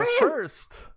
first